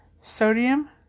Sodium